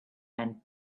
and